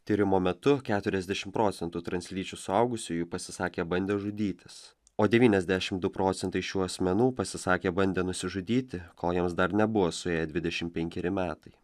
tyrimo metu keturiasdešim procentų translyčių suaugusiųjų pasisakė bandę žudytis o devyniasdešim du procentai šių asmenų pasisakė bandę nusižudyti kol jiems dar nebuvo suėję dvidešim penkeri metai